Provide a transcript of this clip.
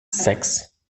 sechs